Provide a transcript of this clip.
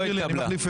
לא התקבלה.